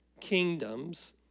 kingdoms